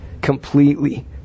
completely